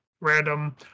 random